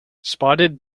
spotted